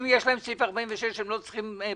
אם יש להם אישור לעניין סעיף 46 הם לא צריכים פטור